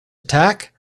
attack